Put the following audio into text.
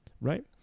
right